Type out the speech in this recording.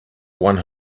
one